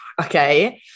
Okay